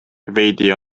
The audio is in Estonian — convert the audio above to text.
veidi